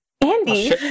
Andy